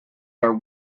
are